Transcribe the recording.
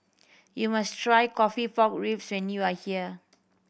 you must try coffee pork ribs when you are here